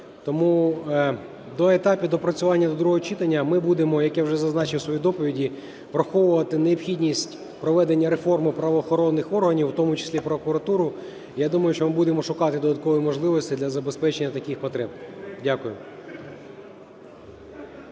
тому до етапів доопрацювання до другого читання ми будемо, як я вже зазначив у своїй доповіді, враховувати необхідність проведення реформи правоохоронних органів, у тому числі прокуратури. Я думаю, що ми будемо шукати додаткові можливості для забезпечення таких потреб. Дякую.